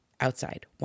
outside